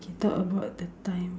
okay talk about the times